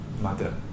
mother